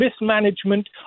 mismanagement